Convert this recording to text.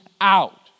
out